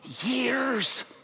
years